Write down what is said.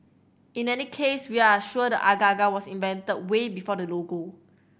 in any case we are sure the agar agar was invented way before the logo